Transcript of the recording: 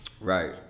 Right